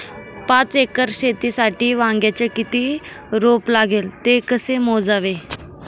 पाच एकर शेतीसाठी वांग्याचे किती रोप लागेल? ते कसे मोजावे?